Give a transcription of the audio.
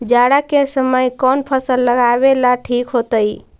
जाड़ा के समय कौन फसल लगावेला ठिक होतइ?